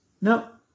No